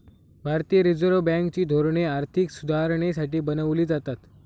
भारतीय Reserve Bank ची धोरणे आर्थिक सुधारणेसाठी बनवली जातात